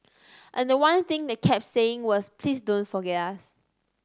and the one thing they kept saying was please don't forget us